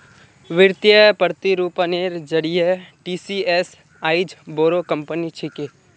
वित्तीय प्रतिरूपनेर जरिए टीसीएस आईज बोरो कंपनी छिके